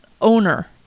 owner